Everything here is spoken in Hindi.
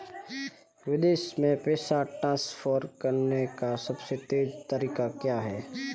विदेश में पैसा ट्रांसफर करने का सबसे तेज़ तरीका क्या है?